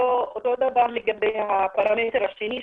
אותו דבר לגבי הפרמטר השני.